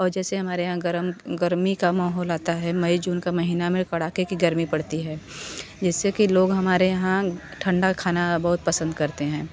और जैसे हमारे यहाँ गर्म गर्मी का माहौल आता है मई जून का महीना में कड़ाके की गर्मी पड़ती है जिससे कि लोग हमारे यहाँ ठंडा खाना बहुत पसंद करते हैं